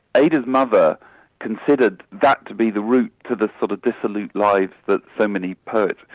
ada's mother considered that to be the route to the sort of dissolute lives that so many poets,